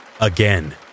again